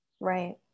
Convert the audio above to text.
Right